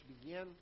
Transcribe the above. begin